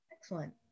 Excellent